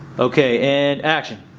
okay and action